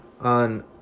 on